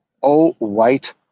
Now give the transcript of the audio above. all-white